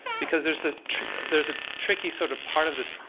because there's a there's a tricky sort of part of this